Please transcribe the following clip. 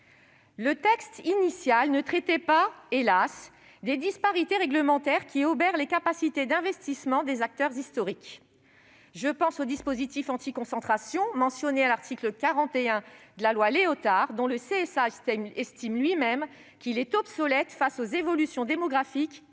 Le texte initial ne traitait pas, hélas ! des disparités réglementaires qui obèrent les capacités d'investissement des acteurs historiques. Je pense au dispositif anti-concentration mentionné à l'article 41 de la loi Léotard, dont le CSA estime lui-même qu'il est obsolète face aux évolutions démographiques,